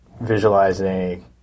visualizing